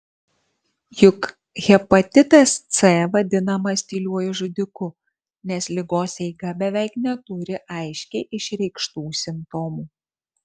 juk hepatitas c vadinamas tyliuoju žudiku nes ligos eiga beveik neturi aiškiai išreikštų simptomų